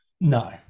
no